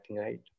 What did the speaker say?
right